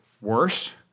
worse